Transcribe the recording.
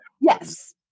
Yes